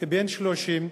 כבן 20,